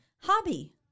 Hobby